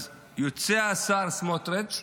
אז יוצא השר סמוטריץ'